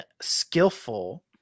skillful